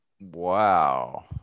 Wow